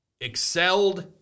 excelled